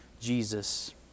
Jesus